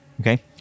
Okay